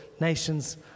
nations